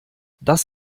das